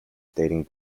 dating